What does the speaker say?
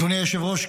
אדוני היושב-ראש,